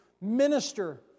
minister